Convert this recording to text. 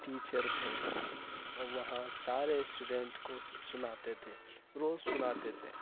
teacher تھے وہاں سارے اسٹوڈنٹ کو سناتے تھے روز سناتے تھے